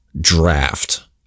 draft